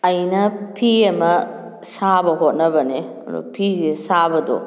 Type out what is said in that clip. ꯑꯩꯅ ꯐꯤ ꯑꯃ ꯁꯥꯕ ꯍꯣꯠꯅꯕꯅꯦ ꯑꯗꯣ ꯐꯤꯁꯦ ꯁꯥꯕꯗꯣ